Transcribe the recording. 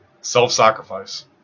Self-sacrifice